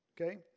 Okay